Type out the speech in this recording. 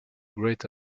great